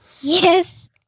Yes